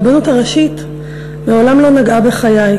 עם זאת, לצערי הרבנות הראשית מעולם לא נגעה בחיי,